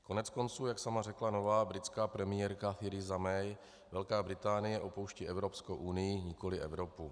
Koneckonců jak sama řekla nová britská premiérka Theresa May, Velká Británie opouští Evropskou unii, nikoliv Evropu.